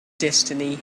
destiny